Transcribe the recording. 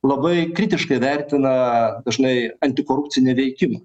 labai kritiškai vertina dažnai antikorupcinį veikimą